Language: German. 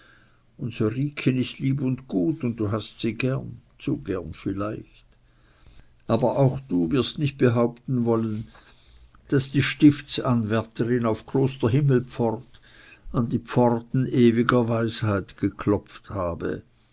ist lieb und gut und du hast sie gern zu gern vielleicht aber auch du wirst nicht behaupten wollen daß die stiftsanwärterin auf kloster himmelpfort an die pforten ewiger weisheit geklopft habe